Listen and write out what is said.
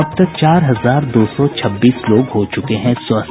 अब तक चार हजार दो सौ छब्बीस लोग हो चुके हैं स्वस्थ